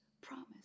promise